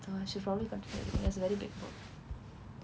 so I should probably continue reading it's a very big book